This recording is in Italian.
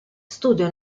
studia